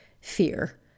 fear